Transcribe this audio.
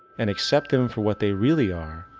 and accept them for what they really are,